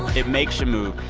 it makes you move.